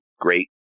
great